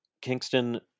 Kingston